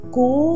go